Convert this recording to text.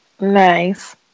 Nice